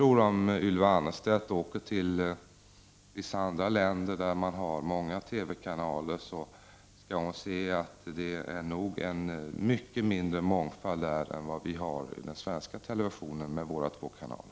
Om Ylva Annerstedt åker till vissa andra länder där man har många TV-kanaler, skall hon se att mångfal den där är mycket mer begränsad än i den svenska televisionen med sina två kanaler.